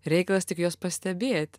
reikalas tik juos pastebėt